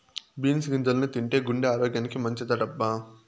beans గింజల్ని తింటే గుండె ఆరోగ్యానికి మంచిదటబ్బా